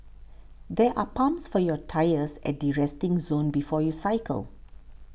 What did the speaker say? there are pumps for your tyres at the resting zone before you cycle